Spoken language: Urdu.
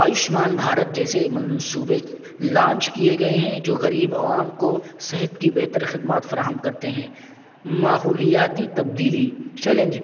آیوشمان بھارت جیسے منصوبے لانچ کیے گئے ہیں جو غریب عوام کو صحت کی بہتر خدمات فراہم کرتے ہیں ماحولیاتی تبدیلی چیلینج